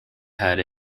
had